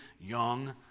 young